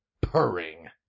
purring